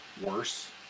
worse